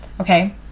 okay